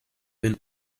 been